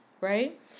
right